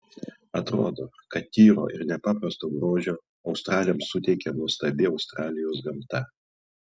atrodo kad tyro ir nepaprasto grožio australėms suteikė nuostabi australijos gamta